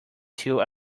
two